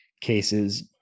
cases